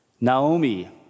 Naomi